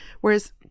Whereas